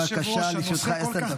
בבקשה, לרשותך עשר דקות.